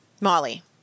Molly